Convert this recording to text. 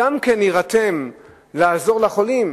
יירתם לעזור לחולים.